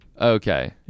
okay